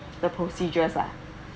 the procedures lah